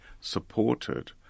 supported